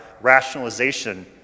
rationalization